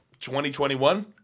2021